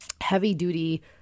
heavy-duty